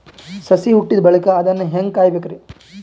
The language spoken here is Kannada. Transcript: ಸಸಿ ಹುಟ್ಟಿದ ಬಳಿಕ ಅದನ್ನು ಹೇಂಗ ಕಾಯಬೇಕಿರಿ?